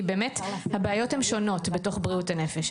כי באמת הבעיות הן שונות בתוך בריאות הנפש.